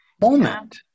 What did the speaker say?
moment